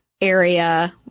area